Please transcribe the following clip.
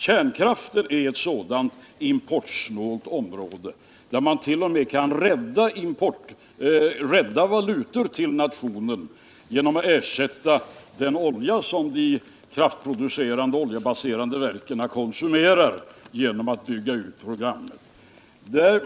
Kärnkraften är ett sådant importsnålt område, där man t.o.m. kan rädda valutor till nationen genom att ersätta den olja som de kraftproducerande oljebaserade verken konsumerar med en utbyggnad av programmet.